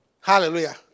Hallelujah